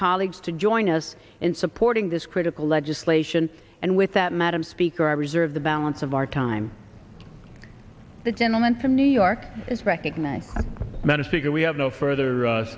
colleagues to join us in supporting this critical legislation and with that madam speaker i reserve the balance of our time the gentleman from new york is recognizing a man a figure we have no further